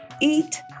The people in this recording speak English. Eat